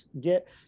get